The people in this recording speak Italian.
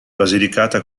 basilicata